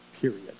period